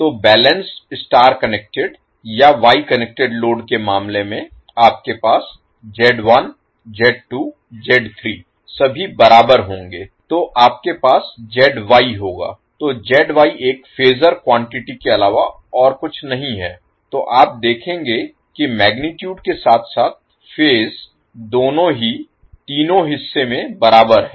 तो balanced star connected या Y connected load के मामले में आपके पास सभी बराबर होंगे तो आपके पास होगा तो एक फेजर क्वांटिटी के अलावा और कुछ नहीं है तो आप देखेंगे कि मैगनीटुड के साथ साथ फेज दोनों ही तीनों हिस्से में बराबर हैं